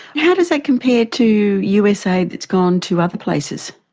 how does that compare to us aid that's gone to other places?